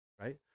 right